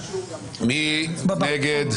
מי נגד?